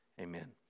amen